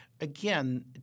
again